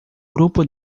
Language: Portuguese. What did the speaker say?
grupo